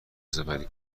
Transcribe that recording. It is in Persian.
سپری